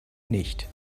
nicht